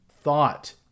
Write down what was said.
thought